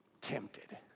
Tempted